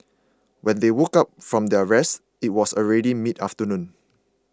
when they woke up from their rest it was already midafternoon